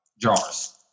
jars